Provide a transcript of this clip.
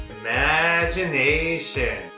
Imagination